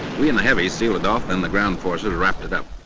we and the heavy's sealed it off then the ground forces wrapped it up.